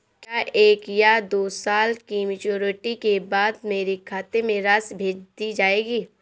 क्या एक या दो साल की मैच्योरिटी के बाद मेरे खाते में राशि भेज दी जाएगी?